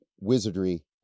wizardry